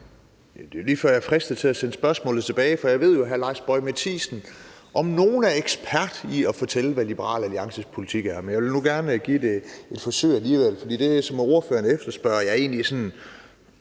Det er lige før, jeg er fristet til at sende spørgsmålet tilbage, for jeg ved jo, at hr. Lars Boje Mathiesen om nogen er ekspert i at fortælle, hvad Liberal Alliances politik er. Men jeg vil nu gerne give det et forsøg alligevel, for til det, som ordføreren siger, vil jeg sige,